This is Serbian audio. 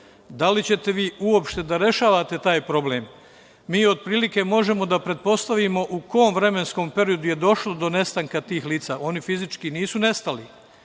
Da li ćete vi uopšte da rešavate taj problem? Mi otprilike možemo da pretpostavimo u kom vremenskom periodu je došlo do nestanka tih lica. Oni fizički nisu nestali,